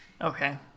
okay